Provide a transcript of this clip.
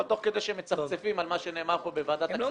אבל תוך שהם מצפצפים על מה שנאמר פה בוועדת כספים.